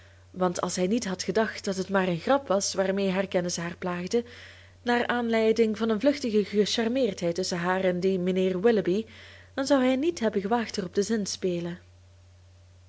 want als hij niet had gedacht dat het maar een grap was waarmee haar kennissen haar plaagden naar aanleiding van een vluchtige gecharmeerdheid tusschen haar en dien mijnheer willoughby dan zou hij niet hebben gewaagd erop te zinspelen